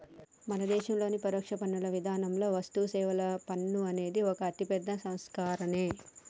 మన దేశంలోని పరోక్ష పన్నుల విధానంలో వస్తుసేవల పన్ను అనేది ఒక అతిపెద్ద సంస్కరనే